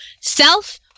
Self